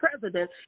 president